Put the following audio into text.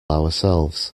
ourselves